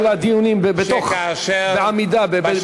כל הדיונים בעמידה באמצע המליאה.